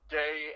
day